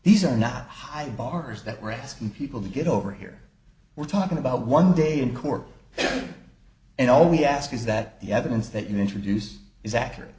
these are not high bars that we're asking people to get over here we're talking about one day in court and all we ask is that the evidence that you introduced is accurate